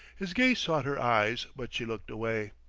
his gaze sought her eyes, but she looked away.